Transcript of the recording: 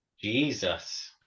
Jesus